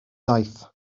daeth